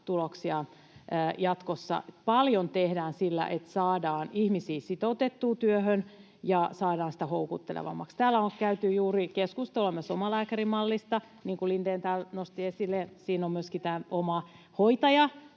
jatkossa. Paljon tehdään, että saadaan ihmisiä sitoutettua työhön ja saadaan sitä houkuttelevammaksi. Täällä on käyty juuri keskustelua myös omalääkärimallista, niin kuin Lindén täällä nosti esille, [Mai Kivelän välihuuto] ja